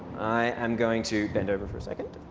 i am going to bend over for a second.